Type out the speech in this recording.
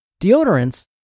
Deodorants